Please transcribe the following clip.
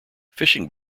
fishing